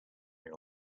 your